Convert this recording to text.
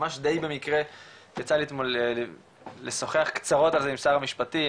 ממש די במקרה יצא לי אתמול לשוחח קצרות על זה עם שר המשפטים,